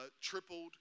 tripled